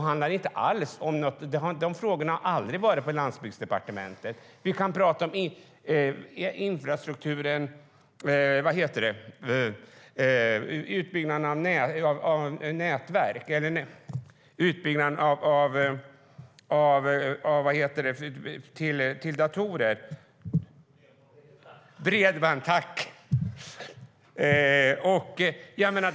Men de frågorna har aldrig varit på Landsbygdsdepartementet. Vi kan prata om utbyggnaden av bredband.